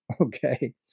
Okay